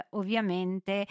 ovviamente